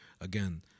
Again